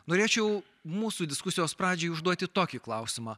norėčiau mūsų diskusijos pradžiai užduoti tokį klausimą